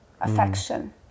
affection